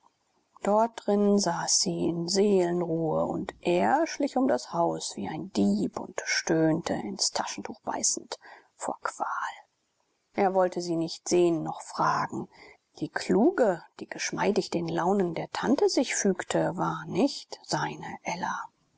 dort drinnen saß sie in seelenruhe und er schlich um das haus wie ein dieb und stöhnte ins taschentuch beißend vor qual er wollte sie nicht sehen noch fragen die kluge die geschmeidig den launen der tante sich fügte war nicht seine ella